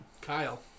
kyle